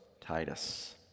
Titus